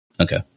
okay